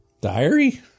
Diary